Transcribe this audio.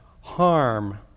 harm